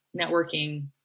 networking